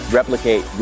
replicate